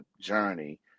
journey